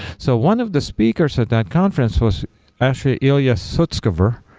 so one of the speakers at that conference was actually ilya sutskever,